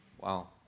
Wow